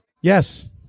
Yes